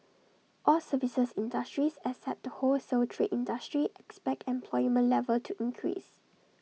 all services industries except the wholesale trade industry expect employment level to increase